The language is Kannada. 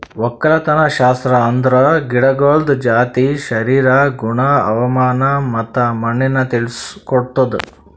ಒಕ್ಕಲತನಶಾಸ್ತ್ರ ಅಂದುರ್ ಗಿಡಗೊಳ್ದ ಜಾತಿ, ಶರೀರ, ಗುಣ, ಹವಾಮಾನ ಮತ್ತ ಮಣ್ಣಿನ ತಿಳುಸ್ ಕೊಡ್ತುದ್